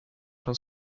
från